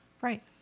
Right